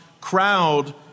crowd